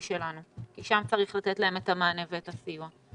שלנו כי שם צריך לתת להם את המענה ואת הסיוע.